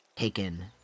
taken